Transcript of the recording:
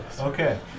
Okay